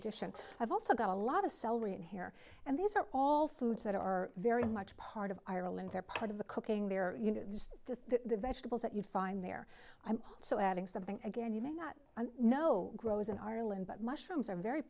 addition i've also got a lot of celery in here and these are all foods that are very much part of ireland they're part of the cooking there the vegetables that you find there i'm also adding something again you may not know grows in ireland but mushrooms are very